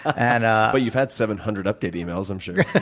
and but you've had seven hundred update emails, i'm sure.